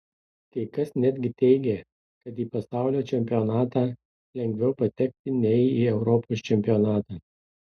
kai kas netgi teigė kad į pasaulio čempionatą lengviau patekti nei į europos čempionatą